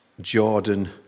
Jordan